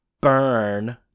Burn